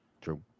True